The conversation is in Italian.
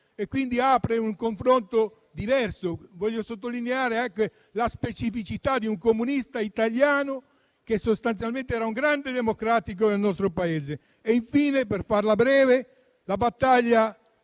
e aprendo un confronto diverso. Vorrei sottolineare anche la specificità di un comunista italiano che sostanzialmente era un grande democratico del nostro Paese. Infine, per farla breve, la battaglia